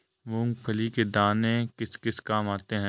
मूंगफली के दाने किस किस काम आते हैं?